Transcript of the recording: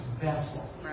vessel